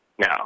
No